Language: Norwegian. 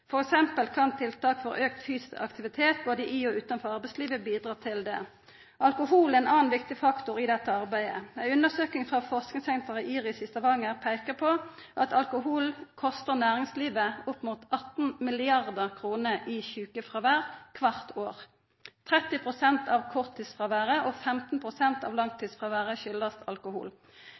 eksempel kan tiltak for auka fysisk aktivitet både i og utanfor arbeidslivet bidra til det. Alkohol er ein annan viktig faktor i dette arbeidet. Ei undersøking frå forskingssenteret IRIS i Stavanger peikar på at alkohol kostar næringslivet opp mot 18 mrd. kr i sjukefråvær kvart år. 30 pst. av korttidsfråværet og 15 pst. av langtidsfråværet har si årsak i alkohol.